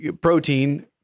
protein